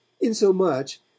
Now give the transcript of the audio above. insomuch